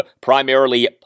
primarily